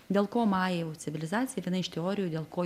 dėl ko majų civilizacija viena iš teorijų dėl ko